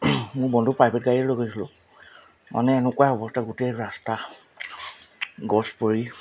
মোৰ বন্ধুৰ প্ৰাইভেট গাড়ীয়ে লৈ গৈছিলোঁ মানে এনেকুৱাই অৱস্থা গোটেই ৰাস্তা গছ পৰি